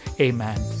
Amen